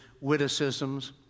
witticisms